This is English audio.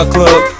Club